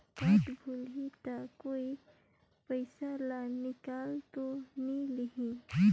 Card भुलाही ता कोई पईसा ला निकाल तो नि लेही?